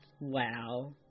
Wow